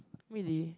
really